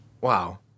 Wow